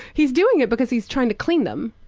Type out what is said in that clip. he's doing it because he's trying to clean them.